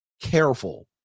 careful